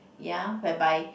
ya whereby